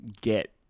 get